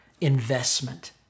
investment